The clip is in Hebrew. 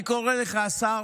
אני קורא לך, השר,